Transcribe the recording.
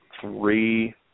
three